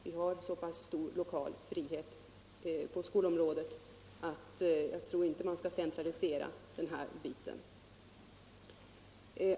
Vi har så pass stor lokal frihet på skolområdet, och jag tror inte man skall centralisera den här frågan.